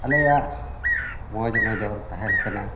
ᱟᱞᱮᱭᱟᱜ ᱢᱚᱡᱽ ᱱᱚᱡᱚᱨ ᱛᱟᱦᱮᱱ ᱠᱟᱱᱟ